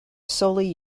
solely